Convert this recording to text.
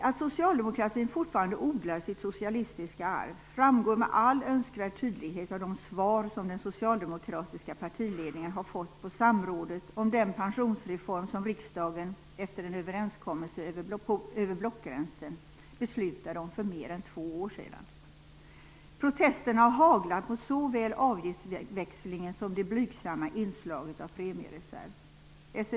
Att socialdemokratin fortfarande odlar sitt socialistiska arv framgår med all önskvärd tydlighet av de svar som den socialdemokratiska partiledningen har fått på samrådet om den pensionsreform som riksdagen efter en överenskommelse över blockgränsen beslutade om för mer än två år sedan. Protesterna har haglat mot såväl avgiftsväxlingen som det blygsamma inslaget av premiereserv.